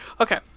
Okay